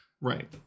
Right